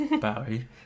Barry